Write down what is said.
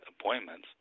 appointments